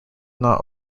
not